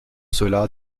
cela